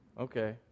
Okay